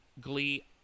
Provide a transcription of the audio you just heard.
Glee